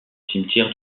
cimetière